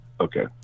Okay